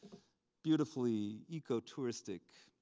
beautifully eco-touristic.